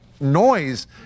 noise